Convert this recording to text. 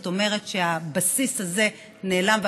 זאת אומרת שהבסיס הזה נעלם,